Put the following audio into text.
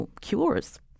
cures